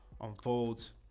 unfolds